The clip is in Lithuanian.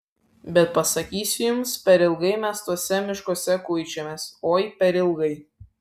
bet pasakysiu jums per ilgai mes tuose miškuose kuičiamės oi per ilgai